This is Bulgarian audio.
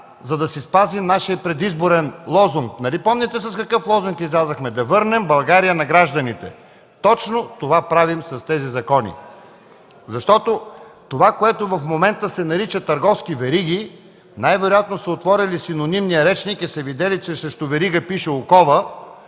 за да си спазим нашия предизборен лозунг. Нали помните с какъв лозунг излязохме? – „Да върнем България на гражданите!” Точно това правим с тези закони. За това, което в момента се нарича „търговски вериги” – най-вероятно са отворили синонимния речник, видели са, че срещу „верига” пише „окова”